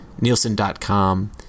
Nielsen.com